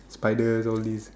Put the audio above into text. I the zombie